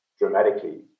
Dramatically